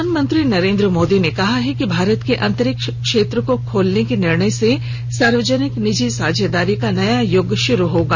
प्रधानमंत्री नरेन्द्र मोदी ने कहा है कि भारत के अंतरिक्ष क्षेत्र को खोलने के निर्णय से सार्वजनिक निजी साझेदारी का नया यूग शुरू होगा